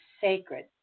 sacred